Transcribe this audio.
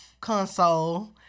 console